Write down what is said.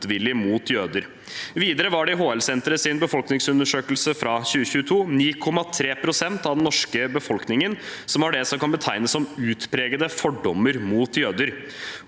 motvilje mot jøder. Videre var det i HL-senterets befolkningsundersøkelse fra 2022 9,3 pst. av den norske befolkningen som har det som kan betegnes som utpregede fordommer mot jøder.